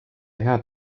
head